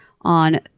on